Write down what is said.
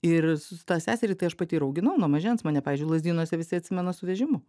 ir su tą seserį tai aš pati ir auginau nuo mažens mane pavyzdžiui lazdynuose visi atsimena su vežimu